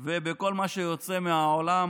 ובכל מה שיוצא מהעולם